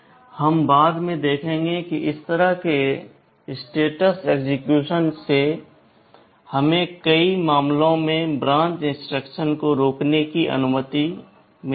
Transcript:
हम बाद में देखेंगे कि इस तरह की स्थिति के एक्सेक्यूशन से हमें कई मामलों में ब्रांच इंस्ट्रक्शन को रोकने की अनुमति मिलती है